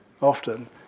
often